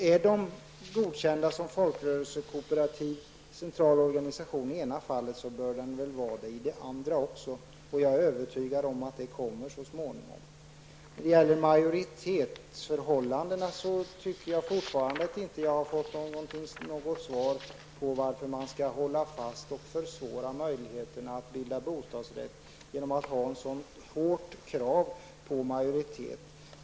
Är en central organisation i det ena fallet godkänd som folkrörelsekooperativ bör den väl vara det i det andra fallet också. Jag är övertygad om att ett sådant godkännande kommer så småningom. När det gäller majoritetsförhållandena anser jag att jag fortfarande inte har fått något svar på varför man skall hålla fast vid att försvåra möjligheten att bilda bostadsrättsförening genom att ha ett så hårt krav på majoritet.